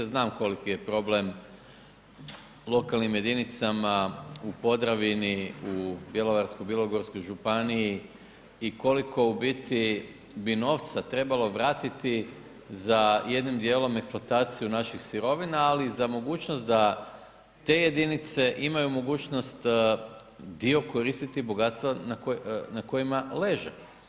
Znam koliki je problem lokalnim jedinicama u Podravini, u Bjelovarsko-bilogorskoj županiji i koliko u biti bi novca trebalo vrati za jednim dijelom eksploataciju naših sirovina, ali i za mogućnost da te jedinice imaju mogućnost dio koristiti bogatstva na kojima leže.